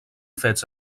fets